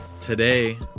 today